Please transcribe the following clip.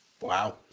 Wow